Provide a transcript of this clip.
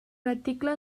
reticle